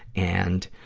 and,